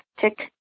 tick